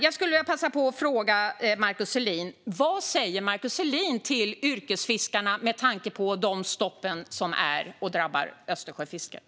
Jag skulle vilja passa på att fråga Markus Selin: Vad säger Markus Selin till yrkesfiskarna med tanke på de stopp som nu drabbar Östersjöfisket?